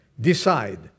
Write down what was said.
decide